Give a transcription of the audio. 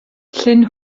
llyn